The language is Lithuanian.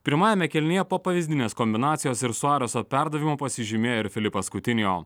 pirmajame kėlinyje po pavyzdinės kombinacijos ir suarezo perdavimu pasižymėjo ir filipas kutinijo